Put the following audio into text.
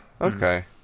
Okay